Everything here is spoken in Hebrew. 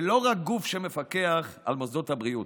ולא רק גוף שמפקח על מוסדות הבריאות.